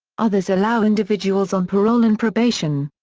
others allow individuals on parole and probation.